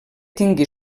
tingui